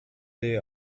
they